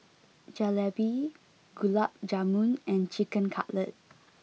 Jalebi Gulab Jamun and Chicken Cutlet